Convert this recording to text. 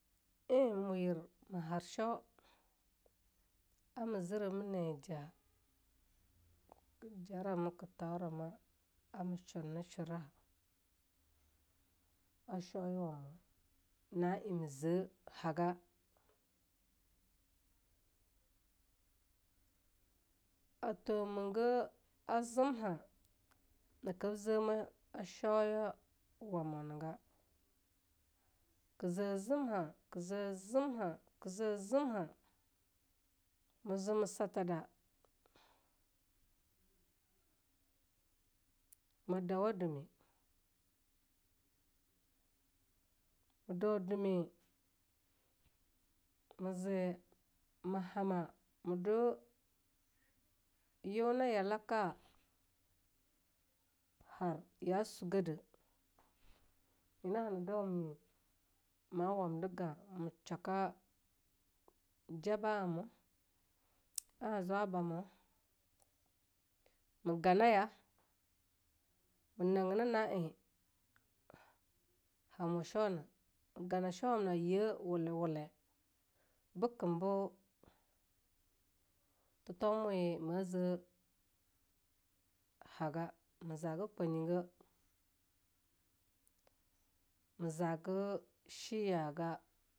Ei moe yir ma har shoe ara me zire neja'a ke jarama ke thaurama ar me shurneshura a shoeya-wamu, na'ei me ze haga .....A tomege a zimha nakab zeme a shoeya wamunega. ke re zimha ke ze zimha ke ze zimha me ze me satada ma dauwadume. me dauwa dumi. me dau dumi, me ze mehama me due nyona yalaka, har ya sugede nyena hana dawum ma wumdi gae me-shwaka jaba amea, a zubamu, me gona ya'a me nagena ha-mo shoena, me gama shoewamna a ye wule-wule bikembe thitaumawe ma ze haga, me zage kwaeyige, me zage shiyaga.